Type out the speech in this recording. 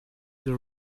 the